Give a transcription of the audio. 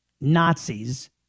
Nazis